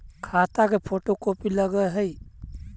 खाता के photocopy लगहै?